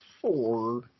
Four